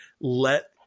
let